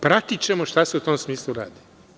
Pratićemo šta se u tom smislu radi.